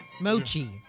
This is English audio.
Mochi